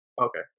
okay